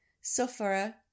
sufferer